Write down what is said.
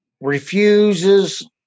refuses